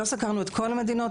לא סקרנו את כל המדינות.